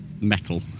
metal